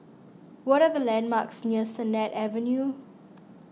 what are the landmarks near Sennett Avenue